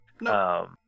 No